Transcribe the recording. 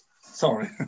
Sorry